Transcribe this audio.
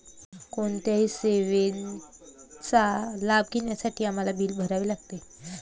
कोणत्याही सेवेचा लाभ घेण्यासाठी आम्हाला बिल भरावे लागते